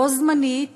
בו-זמנית,